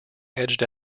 edged